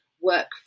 work